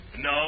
No